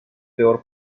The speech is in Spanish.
peor